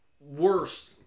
worst